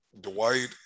Dwight